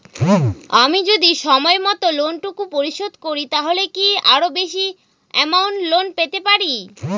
আমি যদি সময় মত লোন টুকু পরিশোধ করি তাহলে কি আরো বেশি আমৌন্ট লোন পেতে পাড়ি?